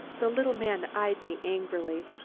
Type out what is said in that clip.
the little man eyed me angrily.